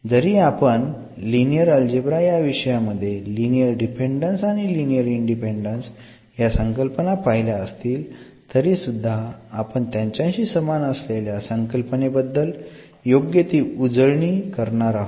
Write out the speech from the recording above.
जरी आपण linear algebra या विषयामध्ये लिनिअर डिपेंडन्स आणि लिनिअर इंडिपेन्डेन्स या संकल्पना पहिल्या असतील तरी सुध्दा आपण त्यांच्याशी समान असलेल्या संकल्पनेबद्दल योग्य ती उजळणी करणार आहोत